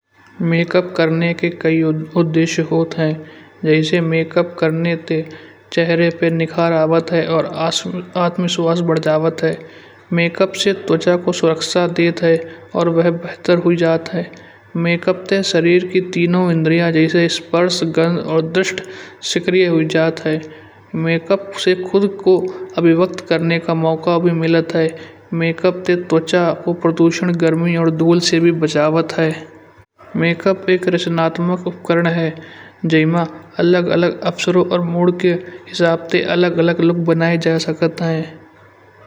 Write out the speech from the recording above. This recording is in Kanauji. मेकअप करने के कई उद्देश्य होता है जैसे मेकअप करने ते चेहरे पर निखार आवत है और आत्मविश्वास बढ़ दावत है। मेकअप से त्वचा को सुरक्षा देता है और वह बेहतर हो जाता है मेकअप ते शरीर की तीनों इंद्रिया जैसे स्पर्श कर्ण और दुश्ट सक्रिय हुई जात है। मेकअप से खुद को अभिव्यक्त करने का मौका भी मिलत है। मेकअप ते त्वचा को प्रदूषण गर्मी और धूल से भी बचावात है। मेकअप एक रचनात्मक उपकरण ह जइमा अलग अलग अवसरों और मूड के हिसाब ते अलग अलग लुक बनाए जा सकत ह।